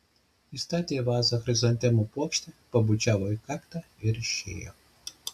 įstatė į vazą chrizantemų puokštę pabučiavo į kaktą ir išėjo